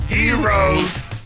Heroes